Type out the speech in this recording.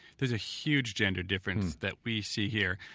there's a huge gender difference that we see here,